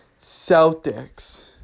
Celtics